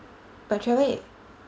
but travel in~